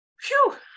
Phew